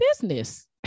business